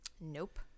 Nope